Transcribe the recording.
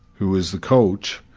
who was the coach,